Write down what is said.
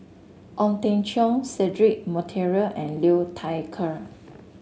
Ong Teng Cheong Cedric Monteiro and Liu Thai Ker